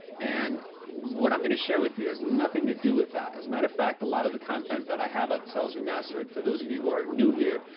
and what i'm gonna share with you has nothing to do with that. as a matter of fact, a lot of the content that i have at sales remastered, for those of you who are new here,